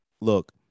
Look